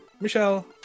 Michelle